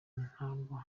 ntabwo